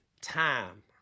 time